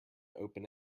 open